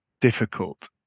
difficult